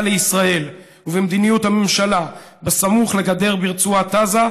לישראל ובמדיניות הממשלה סמוך לגדר ברצועת עזה,